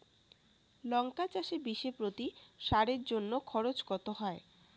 লঙ্কা চাষে বিষে প্রতি সারের জন্য খরচ কত হয়?